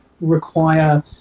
require